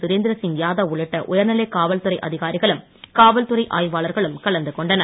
சுரேந்திர சிங் யாதவ் உள்ளிட்ட உயர்நிலை காவல்துறை அதிகாரிகளும் காவல்துறை ஆய்வாளர்களும் கலந்து கொண்டனர்